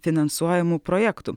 finansuojamų projektų